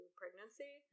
pregnancy